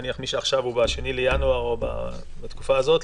נניח מי שעכשיו בתקופה הזאת,